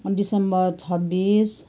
दिसम्बर छब्बिस